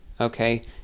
okay